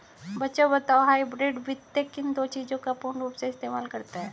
बच्चों बताओ हाइब्रिड वित्त किन दो चीजों का पूर्ण रूप से इस्तेमाल करता है?